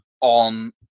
on